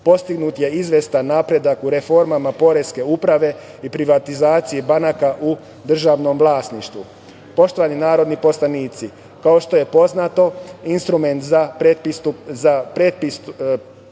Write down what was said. Postignut je izvestan napredak u reformama Poreske uprave i privatizaciji banaka u državnom vlasništvu. Poštovani narodni poslanici, ako što je poznato, instrument za pretpristupnu